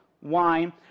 Wine